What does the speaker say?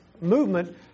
movement